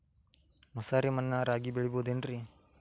ಮಸಾರಿ ಮಣ್ಣಾಗ ರಾಗಿ ಬೆಳಿಬೊದೇನ್ರೇ?